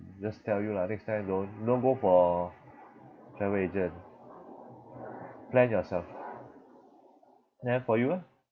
just tell you lah next time don't don't go for travel agent plan yourself then for you eh